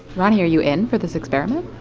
roni, are you in for this experiment?